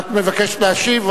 את מבקשת להשיב?